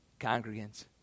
congregants